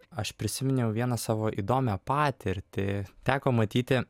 aš prisiminiau vieną savo įdomią patirtį teko matyti